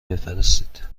بفرستید